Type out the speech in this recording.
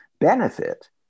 benefit